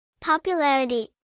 Popularity